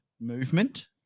movement